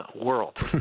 world